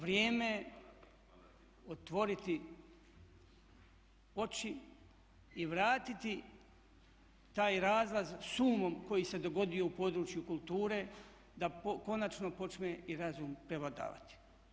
Vrijeme otvoriti oči i vratiti taj razlaz s umom koji se dogodio u području kulture, da konačno počne i razum prevladavati.